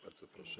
Bardzo proszę.